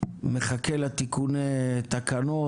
מחכה לתיקוני התקנות,